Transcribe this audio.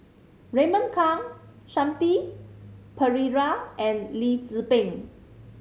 Raymond Kang Shanti Pereira and Lee Tzu Pheng